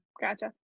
Gotcha